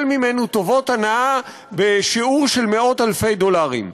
ממנו טובות הנאה בשיעור של מאות-אלפי דולרים.